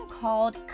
called